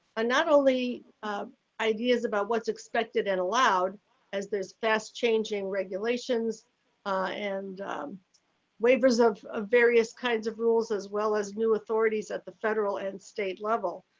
not only ideas about what's expected and allowed as there's fast changing regulations and waivers of ah various kinds of rules as well as new authorities at the federal and state level.